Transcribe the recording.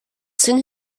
soon